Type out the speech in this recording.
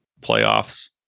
playoffs